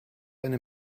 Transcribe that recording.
eine